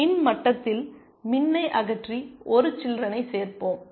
மின் மட்டத்தில் மின்னை அகற்றி ஒரு சில்றெனை சேர்ப்போம்